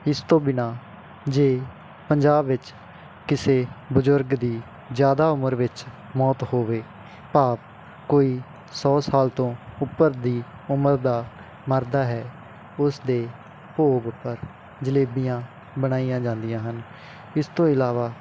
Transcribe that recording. ਇਸ ਤੋਂ ਬਿਨਾਂ ਜੇ ਪੰਜਾਬ ਵਿੱਚ ਕਿਸੇ ਬਜ਼ੁਰਗ ਦੀ ਜ਼ਿਆਦਾ ਉਮਰ ਵਿੱਚ ਮੌਤ ਹੋਵੇ ਭਾਵ ਕੋਈ ਸੌ ਸਾਲ ਤੋਂ ਉੱਪਰ ਦੀ ਉਮਰ ਦਾ ਮਰਦਾ ਹੈ ਉਸਦੇ ਭੋਗ ਉੱਪਰ ਜਲੇਬੀਆਂ ਬਣਾਈਆਂ ਜਾਂਦੀਆਂ ਹਨ ਇਸ ਤੋਂ ਇਲਾਵਾ